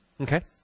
Okay